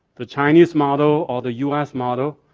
the chinese model or the u s. model.